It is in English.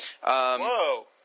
Whoa